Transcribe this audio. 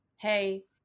Hey